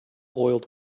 oiled